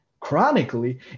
chronically